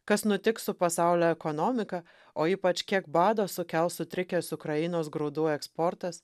kas nutiks su pasaulio ekonomika o ypač kiek bado sukels sutrikęs ukrainos grūdų eksportas